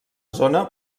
zona